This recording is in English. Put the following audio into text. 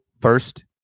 first